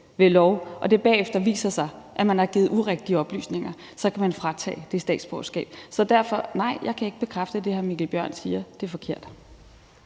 ved lov, og det bagefter viser sig, at man har givet urigtige oplysninger, kan man få frataget det statsborgerskab. Så derfor: Nej, jeg kan ikke bekræfte det, hr. Mikkel Bjørn siger – det er forkert.